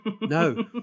No